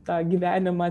tą gyvenimą